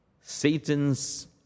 Satan's